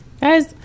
Guys